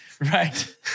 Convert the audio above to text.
right